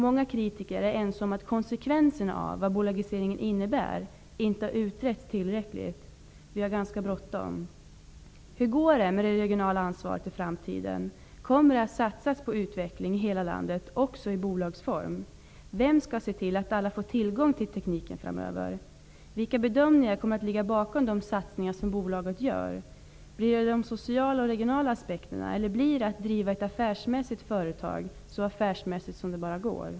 Många kritiker är ense om att konsekvenserna av bolagiseringen inte har utretts tillräckligt. Vi har ganska bråttom. Hur går det med det regionala ansvaret i framtiden? Kommer det att satsas på utveckling i hela landet också i bolagsform? Vem skall se till att alla framöver får tillgång till tekniken? Vilka bedömningar kommer att ligga bakom de satsningar som bolaget gör? Blir de sociala och regionala aspekterna avgörande, eller kommer man att driva ett affärsmässigt företag så affärsmässigt som det bara går?